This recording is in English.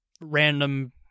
random